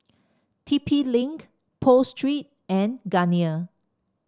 T P Link Pho Street and Garnier